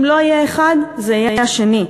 אם לא יהיה אחד, זה יהיה השני.